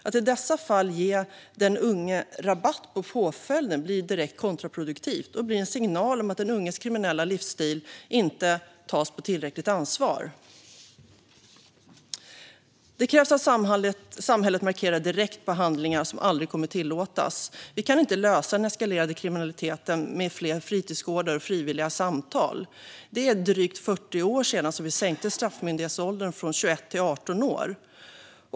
Att i dessa fall ge den unge rabatt på påföljden blir direkt kontraproduktivt. Det blir en signal om att den unges kriminella livsstil inte tas på tillräckligt allvar. Det krävs att samhället markerar direkt mot handlingar som aldrig kommer att tillåtas. Vi kan inte lösa den eskalerande kriminaliteten med fler fritidsgårdar och frivilliga samtal. Det är drygt 40 år sedan vi sänkte myndighetsåldern från 21 till 18 år.